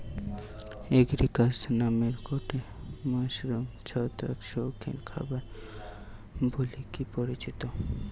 Agaricus নামের গটে mushroom ছত্রাক শৌখিন খাবার বলিকি পরিচিত